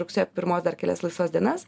rugsėjo pirmos dar kelias laisvas dienas